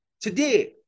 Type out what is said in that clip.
today